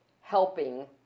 helping